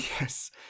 Yes